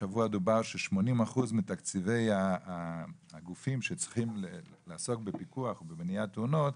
השבוע דובר על כך ש-80% מתקציבי הגופים שעוסקים בפיקוח ובמניעת תאונות,